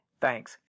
Thanks